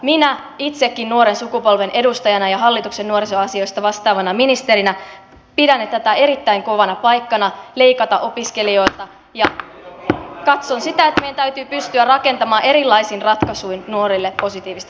minä itsekin nuoren sukupolven edustajana ja hallituksen nuorisoasioista vastaavana ministerinä pidän erittäin kovana paikkana leikata opiskelijoilta ja katson että meidän täytyy pystyä rakentamaan erilaisin ratkaisuin nuorille positiivista tulevaisuutta